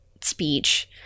speech